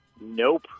Nope